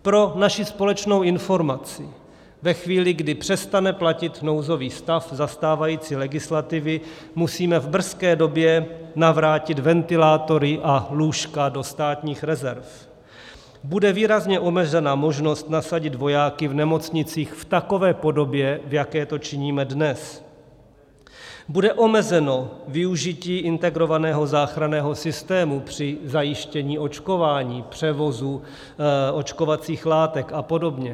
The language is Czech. Pro naši společnou informaci, ve chvíli, kdy přestane platit nouzový stav, za stávající legislativy musíme v brzké době navrátit ventilátory a lůžka do státních rezerv, bude výrazně omezena možnost nasadit vojáky v nemocnicích v takové podobě, v jaké to činíme dnes, bude omezeno využití integrovaného záchranného systému při zajištění očkování, převozu očkovacích látek a podobně.